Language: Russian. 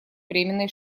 временной